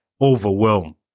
overwhelm